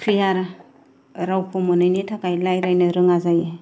clear रावखौ मोनैनि थाखाय रायलायनो रोङा जायो